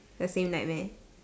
the same nightmare